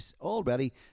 already